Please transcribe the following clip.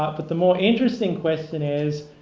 ah but the more interesting question is,